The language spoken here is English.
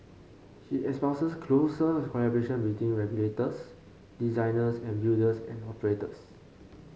he espouses closer collaboration between regulators designers and builders and operators